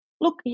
Look